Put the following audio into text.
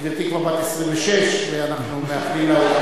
גברתי כבר בת 26, ואנחנו מאחלים לך